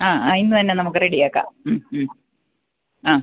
ആ ആ ഇന്ന് തന്നെ നമുക്ക് റെഡിയാക്കാം മ്മ് മ്മ് ആ